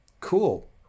Cool